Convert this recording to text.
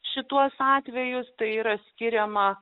šituos atvejus tai yra skiriama